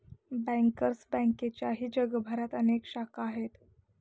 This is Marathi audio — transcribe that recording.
बँकर्स बँकेच्याही जगभरात अनेक शाखा आहेत